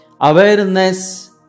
Awareness